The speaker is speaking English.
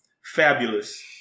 Fabulous